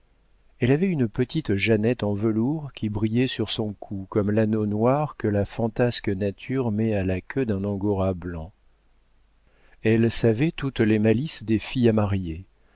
elle avait une petite jeannette en velours qui brillait sur son cou comme l'anneau noir que la fantasque nature met à la queue d'un angora blanc elle savait toutes les malices des filles à marier